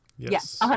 Yes